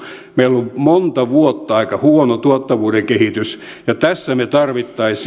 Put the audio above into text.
meillä on ollut monta vuotta aika huono tuottavuuden kehitys ja tässä me tarvitsisimme